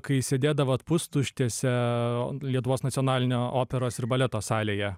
kai sėdėdavot pustuštėse lietuvos nacionalinio operos ir baleto salėje